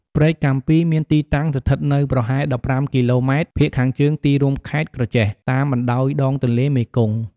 ព្រែកកាំពីមានទីតាំងស្ថិតនៅប្រហែល ១៥ គីឡូម៉ែត្រភាគខាងជើងទីរួមខេត្តក្រចេះ តាមបណ្តោយដងទន្លេមេគង្គ ។